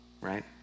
right